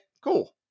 cool